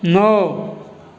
नओ